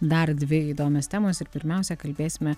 dar dvi įdomios temos ir pirmiausia kalbėsime